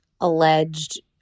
alleged